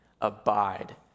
Abide